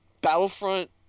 Battlefront